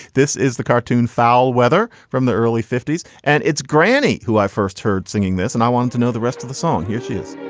this is the cartoon foul weather from the early fifty s. and it's granny who i first heard singing this. and i want to know the rest of the song. here she is